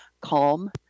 calm